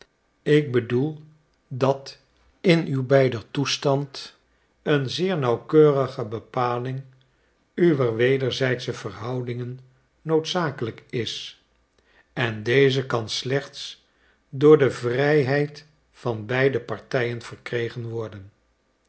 ik bedoel dat in ulieder toestand een zeer nauwkeurige bepaling uwer wederzijdsche verhoudingen noodzakelijk is en deze kan slechts door de vrijheid van beide partijen verkregen worden